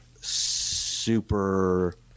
super